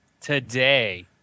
Today